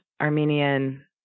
Armenian